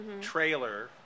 trailer